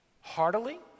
heartily